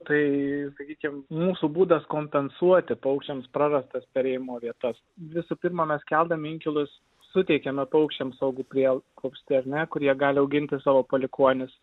tai sakykim mūsų būdas kompensuoti paukščiams prarastas perėjimo vietas visų pirma mes keldami inkilus suteikiame paukščiams saugų prieglobstį ar ne kur jie gali auginti savo palikuonis